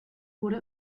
wurde